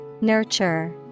Nurture